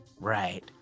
Right